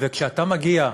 וכשאתה מגיע,